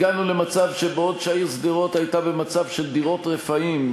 הגענו למצב שבעוד העיר שדרות הייתה במצב של דירות רפאים,